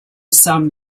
some